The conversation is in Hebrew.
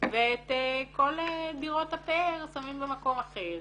ואת כל דירות הפאר שמים במקום אחר.